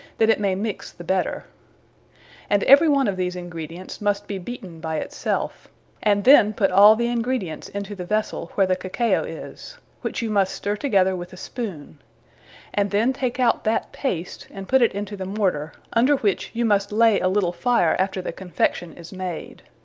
that it may mixe the better and every one of these ingredients, must be beaten by it selfe and then put all the ingredients into the vessell, where the cacao is which you must stirre together with a spoone and then take out that paste, and put it into the morter, under which you must lay a little fire, after the confection is made.